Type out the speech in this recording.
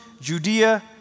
Judea